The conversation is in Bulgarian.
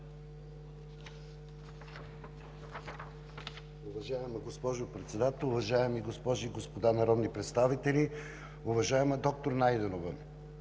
Уважаема госпожо Председател, уважаеми госпожи и господа народни представители! Уважаема госпожо Янкова,